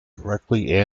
correctly